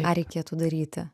ką reikėtų daryti